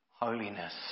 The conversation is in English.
Holiness